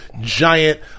giant